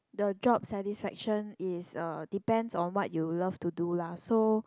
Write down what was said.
the job satisfaction is uh depends on what you love to do lah so